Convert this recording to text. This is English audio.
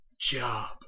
Job